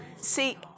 See